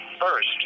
first